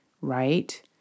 right